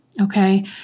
okay